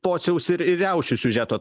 pociaus ir ir riaušių siužeto